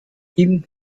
ihm